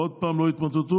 ועוד פעם לא יתמוטטו,